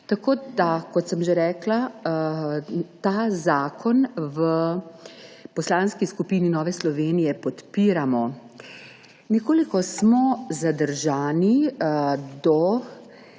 opozarjala. Kot sem že rekla, ta zakon v Poslanski skupini Nova Slovenija podpiramo. Nekoliko smo zadržani do